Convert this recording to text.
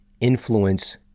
influence